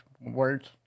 words